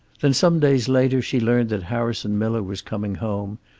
then, some days later, she learned that harrison miller was coming home,